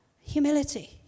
Humility